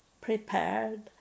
prepared